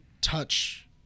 touch